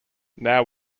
now